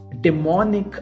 demonic